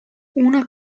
una